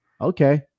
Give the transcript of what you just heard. Okay